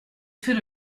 fait